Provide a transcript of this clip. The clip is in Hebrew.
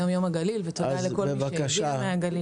היום יום הגליל, ותודה לכל מי שהגיע מהגליל.